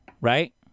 right